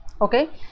okay